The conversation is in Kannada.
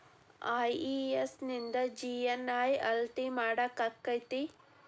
ಐ.ಇ.ಎಸ್ ನಿಂದ ಜಿ.ಎನ್.ಐ ಅಳತಿ ಮಾಡಾಕಕ್ಕೆತಿ?